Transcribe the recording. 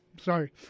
Sorry